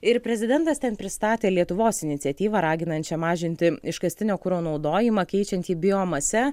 ir prezidentas ten pristatė lietuvos iniciatyvą raginančią mažinti iškastinio kuro naudojimą keičiant jį biomase